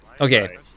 okay